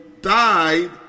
died